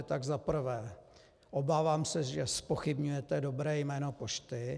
Tak za prvé, obávám se, že zpochybňujete dobré jméno pošty.